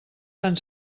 fan